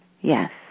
Yes